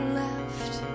left